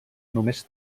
només